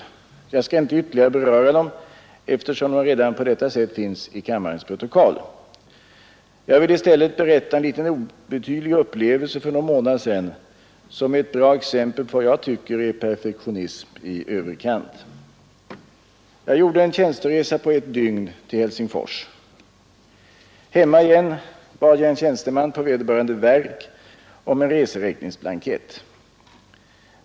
Jag skall inte ytterligare beröra dem, eftersom de redan på detta sätt finns i kammarens protokoll. I stället vill jag berätta om en liten obetydlig upplevelse för ett par månader sedan, som ett bra exempel på vad jag tycker är perfektionism i överkant. Jag gjorde en tjänsteresa på ett dygn till Helsingfors. Hemma igen bad jag en tjänsteman på vederbörande verk om en reseräkningsblankett.